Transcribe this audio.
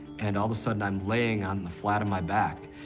and all of a sudden i'm laying on the flat of my back,